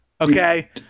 okay